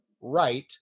right